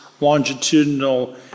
longitudinal